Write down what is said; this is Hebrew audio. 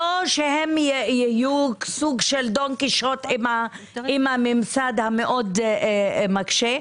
לא שהם יהיו סוג של דון קישוט עם הממסד המאוד מקשה.